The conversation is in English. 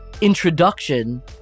introduction